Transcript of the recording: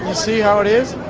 ah see how it is?